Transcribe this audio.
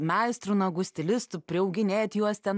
meistru nagų stilistu priauginėt juos ten